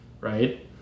right